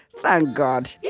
thank god yeah